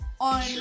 on